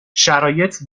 شرایط